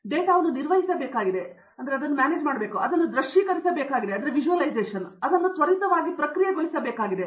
ನಾನು ಈ ಡೇಟಾವನ್ನು ನಿರ್ವಹಿಸಬೇಕಾಗಿದೆ ನಾನು ಅದನ್ನು ದೃಶ್ಯೀಕರಿಸಬೇಕಾಗಿದೆ ನಾನು ಅದನ್ನು ತ್ವರಿತವಾಗಿ ಪ್ರಕ್ರಿಯೆಗೊಳಿಸಬೇಕಾಗಿದೆ